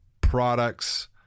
products